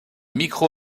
micro